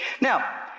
Now